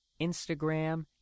Instagram